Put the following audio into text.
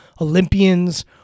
Olympians